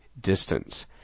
distance